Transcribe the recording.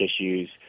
issues